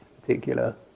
particular